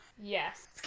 Yes